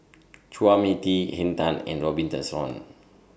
Chua Mia Tee Henn Tan and Robin Tessensohn